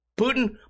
Putin